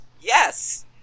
yes